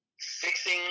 fixing